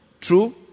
True